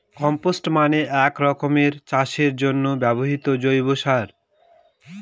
compost মানে এক রকমের চাষের জন্য ব্যবহৃত জৈব সার